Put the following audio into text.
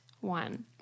one